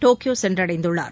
Tokyo சென்றடைந்துள்ளார்